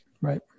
right